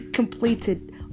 Completed